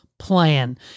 plan